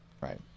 Right